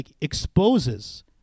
exposes